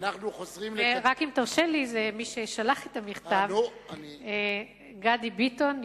מי ששלח את המכתב הוא גדי ביטון,